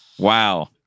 Wow